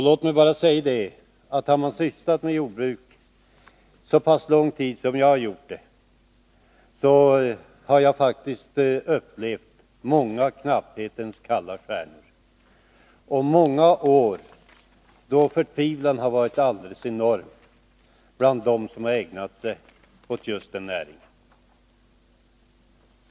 Låt mig bara säga att har man sysslat med jordbruk så pass lång tid som jag har gjort, har man faktiskt Nr 107 upplevt många knapphetens kalla stjärnor och många år då förtvivlan har varit alldeles enorm bland dem som ägnat sig åt jordbruksnäringen.